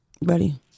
Buddy